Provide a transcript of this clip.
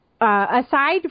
aside